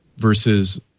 versus